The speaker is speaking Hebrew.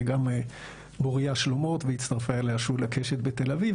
זה גם מוריה שלומות והצטרפה אליה שולה קשת בתל אביב,